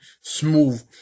smooth